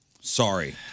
Sorry